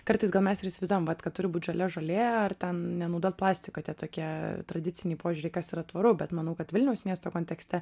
kartais gal mes ir įsivaizduojam vat kad turi būt žalia žolė ar ten nenaudot plastiko tokia tradicinį požiūrį kas yra tvaru bet manau kad vilniaus miesto kontekste